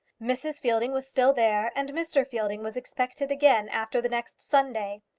mrs. fielding was still there, and mr. fielding was expected again after the next sunday.